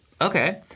Okay